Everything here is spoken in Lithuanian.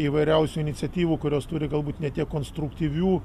įvairiausių iniciatyvų kurios turi galbūt ne tiek konstruktyvių